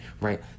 right